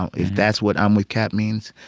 um if that's what imwithkap means,